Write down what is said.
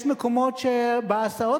יש מקומות שבהסעות,